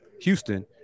Houston –